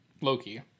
Loki